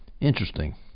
Interesting